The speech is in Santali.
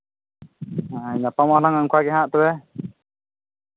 ᱧᱟᱯᱟᱢᱟᱞᱟᱝ ᱚᱱᱠᱟ ᱜᱮᱦᱟᱸᱜ ᱛᱚᱵᱮ